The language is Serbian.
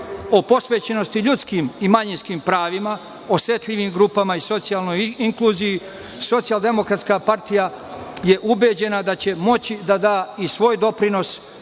o posvećenosti ljudskim i manjinskim pravima, osetljivim grupama i socijalnoj inkluziji, Socijaldemokratska partija je ubeđena da će moći da da i svoj doprinos